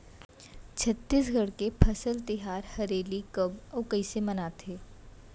छत्तीसगढ़ के फसल तिहार हरेली कब अउ कइसे मनाथे?